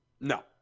No